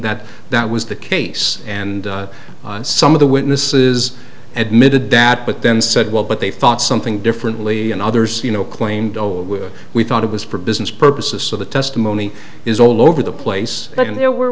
that that was the case and some of the witnesses admitted that but then said well but they thought something differently and others you know claimed oh it would we thought it was for business purposes so the testimony is all over the place and there were